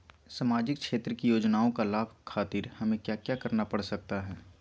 सामाजिक क्षेत्र की योजनाओं का लाभ खातिर हमें क्या क्या करना पड़ सकता है?